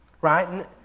right